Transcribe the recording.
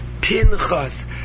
Pinchas